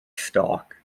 stock